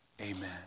Amen